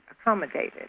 accommodated